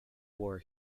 war